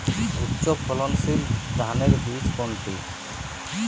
উচ্চ ফলনশীল ধানের বীজ কোনটি?